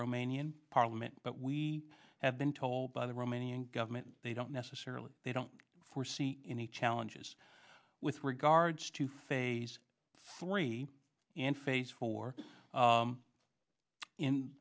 romanian parliament but we have been told by the romanian government they don't necessarily they don't foresee any challenges with regards to phase three in face for